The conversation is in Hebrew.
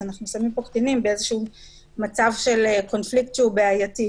אז אנחנו שמים פה קטינים במצב של קונפליקט שהוא בעייתי.